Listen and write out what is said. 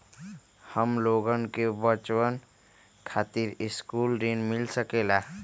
हमलोगन के बचवन खातीर सकलू ऋण मिल सकेला?